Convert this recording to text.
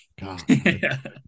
God